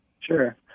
Sure